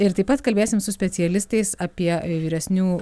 ir taip pat kalbėsim su specialistais apie vyresnių